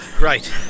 Right